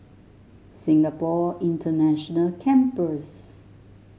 Singapore International Campus